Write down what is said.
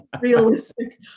Realistic